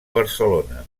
barcelona